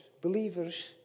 believers